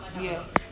Yes